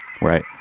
Right